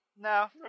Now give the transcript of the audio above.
No